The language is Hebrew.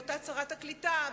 בהיותה שרת הקליטה,